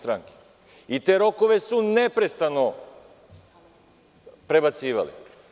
Te rokove su neprestano prebacivali.